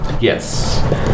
Yes